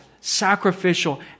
sacrificial